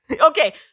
Okay